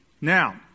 Now